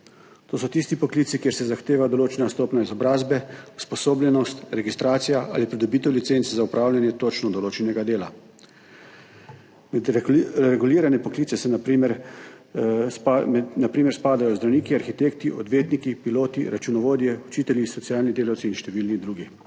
To so tisti poklici, kjer se zahteva določena stopnja izobrazbe, usposobljenost, registracija ali pridobitev licence za opravljanje točno določenega dela. Med regulirane poklice na primer spadajo zdravniki, arhitekti, odvetniki, piloti, računovodje, učitelji, socialni delavci in številni drugi.